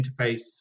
interface